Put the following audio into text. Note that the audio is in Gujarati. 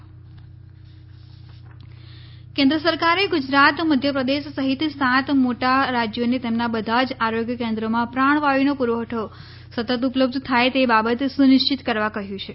પ્રાણવાયુ કેન્દ્ર કેન્દ્ર સરકારે ગુજરાત મધ્યપ્રદેશ સહિત સાત મોટા રાજ્યોને તેમના બધા જ આરોગ્ય કેન્દ્રોમાં પ્રાણવાયુનો પુરવઠો સતત ઉપલબ્ધ થાય તે બાબત સુનિશ્ચિત કરવા કહ્યું છે